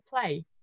play